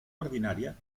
ordinaria